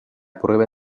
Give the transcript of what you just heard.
prueba